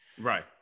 right